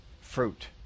fruit